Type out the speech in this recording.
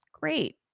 great